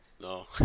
no